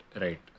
right